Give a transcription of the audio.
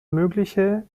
mögliche